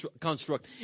construct